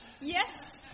Yes